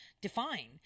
define